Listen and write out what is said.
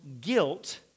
guilt